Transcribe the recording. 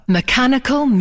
mechanical